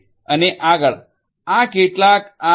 અને આગળ આ કેટલાક આ વિવિધ ઉદ્યોગ 4